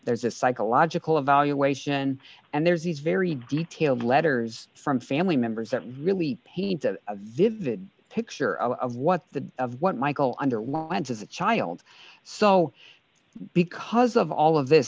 there's a psychological evaluation and there's these very detailed letters from family members that really paints a vivid picture of what the of what michael underwent as a child so because of all of this